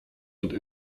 und